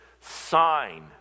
sign